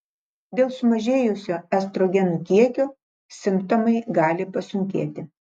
dėl sumažėjusio estrogenų kiekio simptomai gali pasunkėti